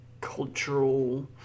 cultural